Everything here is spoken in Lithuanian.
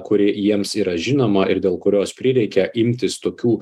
kuri jiems yra žinoma ir dėl kurios prireikia imtis tokių